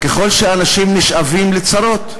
ככל שאנשים נשאבים לצרות,